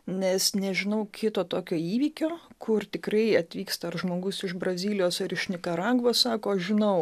nes nežinau kito tokio įvykio kur tikrai atvyksta ar žmogus iš brazilijos ar iš nikaragvos sako žinau